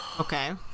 Okay